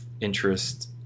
interest